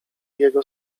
jego